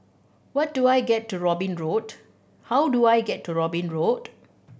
what do I get to Robin Road how do I get to Robin Road